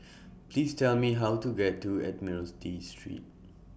Please Tell Me How to get to Admiralty Street